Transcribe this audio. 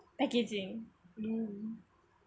packaging mm